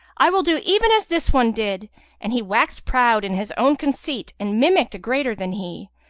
i will do even as this one did and he waxed proud in his own conceit and mimicked a greater than he.